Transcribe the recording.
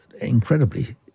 incredibly